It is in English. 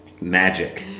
magic